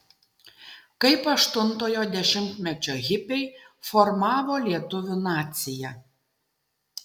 kaip aštuntojo dešimtmečio hipiai formavo lietuvių naciją